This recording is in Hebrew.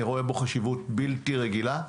אני רואה בו חשיבות בלתי רגילה.